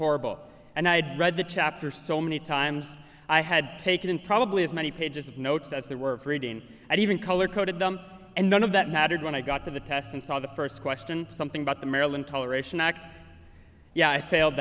horrible and i had read the chapter so many times i had taken probably as many pages of notes as they were reading and even color coded them and none of that mattered when i got to the test and saw the first question something about the maryland toleration act yeah i failed